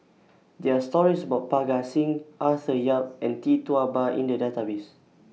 There Are stories about Parga Singh Arthur Yap and Tee Tua Ba in The Database